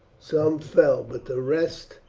some fell, but the rest,